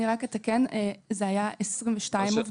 אני רק אתקן: זה היה 22 עובדים,